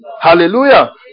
Hallelujah